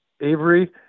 Avery